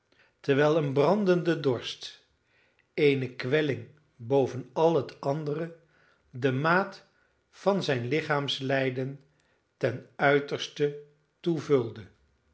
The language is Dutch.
terwijl een brandende dorst eene kwelling boven al het andere de maat van zijn lichaamslijden ten uiterste toe